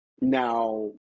Now